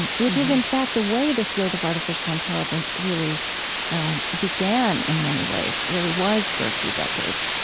and which is in fact the way the field of artificial intelligence really began in many ways, really was for a few decades.